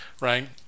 right